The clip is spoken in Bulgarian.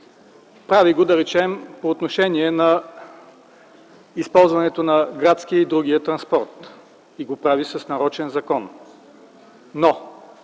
Прави го, да речем, по отношение на използването на градския и другия транспорт. И го прави с нарочен закон. Но